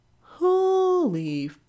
Holy